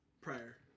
prior